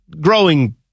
growing